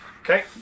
Okay